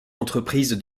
entreprise